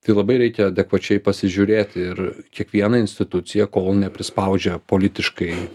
tai labai reikia adekvačiai pasižiūrėti ir kiekviena institucija kol neprispaudžia politiškai